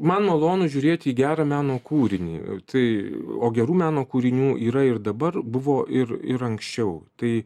man malonu žiūrėti į gerą meno kūrinį tai o gerų meno kūrinių yra ir dabar buvo ir ir anksčiau tai